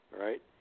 right